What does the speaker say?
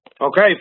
Okay